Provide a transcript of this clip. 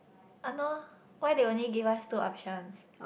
[ah nor] why they only give us two options